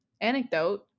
anecdote